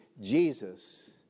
Jesus